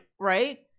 Right